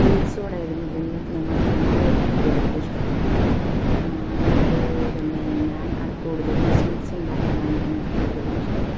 സ്വീറ്റ്സോഡായിരുന്നു എന്നും ഞങ്ങൾക്ക് രണ്ട് പേർക്കും കൂടുതൽ ഇഷ്ടം അതുകൊണ്ട് തന്നെ ഞാൻ കൂടുതലും സ്വീറ്റ്സുണ്ടാക്കാനാണ് എനിക്ക് കൂടുതലും ഇഷ്ടം